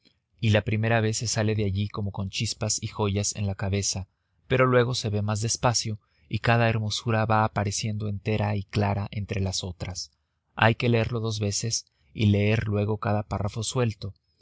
y la primera vez se sale de allí como con chispas y joyas en la cabeza pero luego se ve más despacio y cada hermosura va apareciendo entera y clara entre las otras hay que leerlo dos veces y leer luego cada párrafo suelto